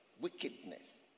Wickedness